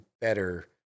better